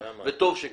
וטוב שכך.